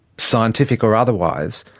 scientific or otherwise,